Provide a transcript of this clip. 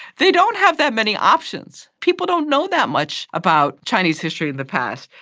they don't have that many options. people don't know that much about chinese history in the past.